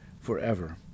forever